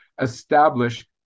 establish